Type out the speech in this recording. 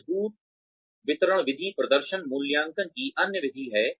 मजबूर वितरण विधि प्रदर्शन मूल्यांकन की अन्य विधि है